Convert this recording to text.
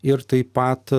ir taip pat